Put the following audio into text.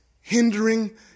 hindering